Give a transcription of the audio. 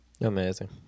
Amazing